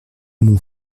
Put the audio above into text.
mon